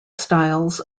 styles